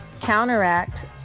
counteract